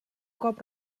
cop